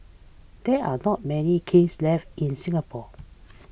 there are not many kilns left in Singapore